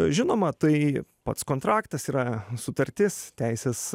žinoma tai pats kontraktas yra sutartis teisės